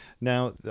Now